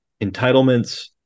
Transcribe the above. entitlements